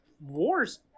wars